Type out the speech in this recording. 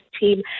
team